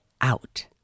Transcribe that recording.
out